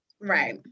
right